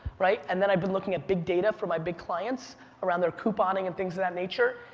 right? and then i been looking at big data for my big clients around their couponing and things of that nature.